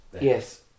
Yes